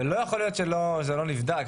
ולא יכול להיות שזה משהו שלא נבדק.